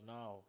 now